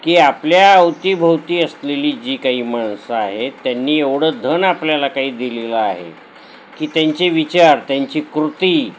की आपल्या अवतीभोवती असलेली जी काही माणसं आहेत त्यांनी एवढं धन आपल्याला काही दिलेलं आहे की त्यांचे विचार त्यांची कृती